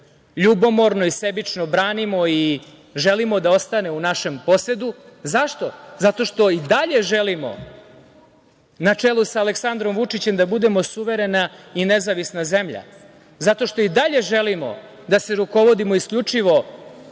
ljubomorno i sebično branimo i želimo da ostane u našem posedu. Zašto? Zato što i dalje želimo, na čelu sa Aleksandrom Vučićem da budemo suverena i nezavisna zemlja, zato što i dalje želimo da se rukovodimo isključivo